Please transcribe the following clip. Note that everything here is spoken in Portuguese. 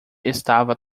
estava